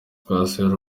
twasuye